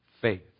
faith